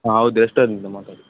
ಹಾಂ ಹೌದ್ ಎಷ್ಟರಿಂದ ಮಾತಾಡುದು